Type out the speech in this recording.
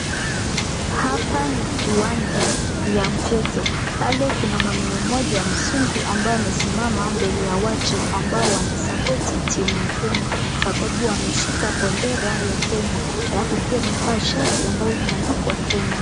Hapa ni kiwanja ya mchezo pale kuna mwanaume mmoja mzungu ambaye amesimama mbele ya watu ambao wanasapoti timu ya Kenya sababu wameshika bendera ya Kenya alafu pia wamevaa shati ambayo imeandikwa Kenya.